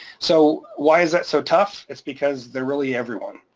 so why is that so tough? it's because they're really everyone.